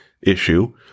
issue